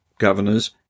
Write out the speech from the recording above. governors